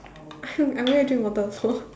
I going drink water also